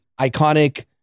iconic